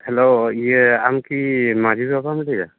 hello ᱤᱭᱟᱹ ᱟᱢᱠᱤ ᱢᱟᱺᱡᱷᱤ ᱵᱟᱵᱟᱢ ᱞᱟᱹᱭᱮᱫᱟ